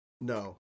No